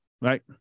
right